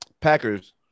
Packers